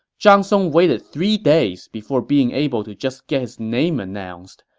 zhang song waited three days before being able to just get his name announced.